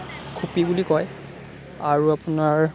খুপি বুলি কয় আৰু আপোনাৰ